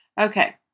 Okay